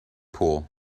pool